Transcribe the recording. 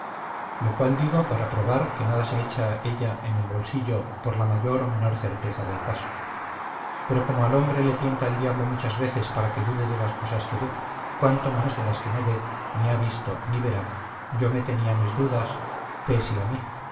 lo cual digo para probar que nada se echaba ella en el bolsillo por la mayor o menor certeza del caso pero como al hombre le tienta el diablo muchas veces para que dude de las cosas que ve cuanto más de las que no ve ni ha visto ni verá yo me tenía mis dudas pesia a mí